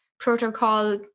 protocol